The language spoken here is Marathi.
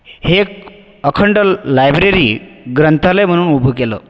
हे एक अखंड लायब्ररी ग्रंथालय म्हणून उभं केलं